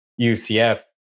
UCF